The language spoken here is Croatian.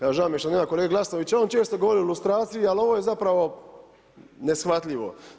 Evo, žao mi je što nema kolege Glasnovića, on često govori o ilustraciji, ali ovo je zapravo neshvatljivo.